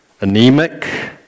anemic